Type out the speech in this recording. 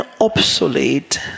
obsolete